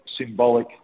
symbolic